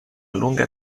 lunga